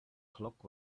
clock